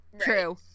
True